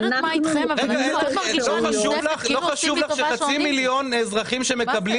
לא חשוב לך שחצי מיליון אזרחים שמקבלים